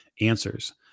answers